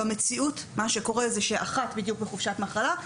במציאות מה שקורה זה שאחת בדיוק בחופשת מחלה,